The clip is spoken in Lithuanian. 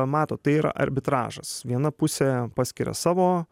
matot tai yra arbitražas viena pusė paskiria savo